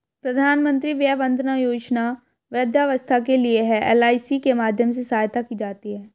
प्रधानमंत्री वय वंदना योजना वृद्धावस्था के लिए है, एल.आई.सी के माध्यम से सहायता की जाती है